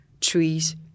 trees